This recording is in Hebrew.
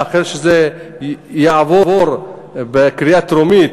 לאחר שזה יעבור בקריאה טרומית